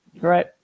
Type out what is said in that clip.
Right